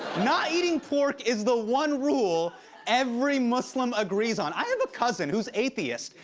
not eating pork is the one rule every muslim agrees on. i have a cousin who's atheist,